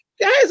guys